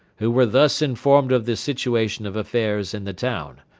who were thus informed of the situation of affairs in the town.